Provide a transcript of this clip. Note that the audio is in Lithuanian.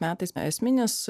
metais esminis